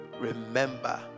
remember